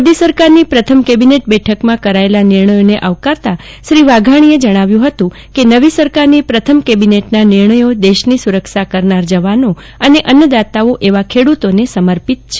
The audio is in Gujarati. મોદી સરકારની પ્રથમ કેબિનેટ બેઠકમાં કરાયેલા નિર્ણયોને આવકારતાં શ્રી વાઘાણીએ જણાવ્યું હતું કે નવી સરકારની પ્રથમ કેબિનેટના નિર્ણયો દેશની સુરક્ષા કરનાર જવાનો અને અન્નદાતા એવા ખેડૂતોને સમર્પિત છે